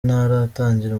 ntaratangira